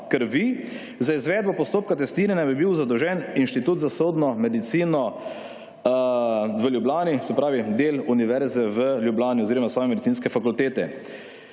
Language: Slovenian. krvi, za izvedbo postopka testiranja bi bil zadolžen Inštitut za sodno medicino v Ljubljani, se pravi del Univerze v Ljubljani oziroma same medicinske fakultete.